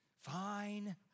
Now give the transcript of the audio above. fine